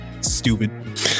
stupid